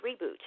reboot